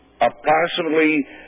approximately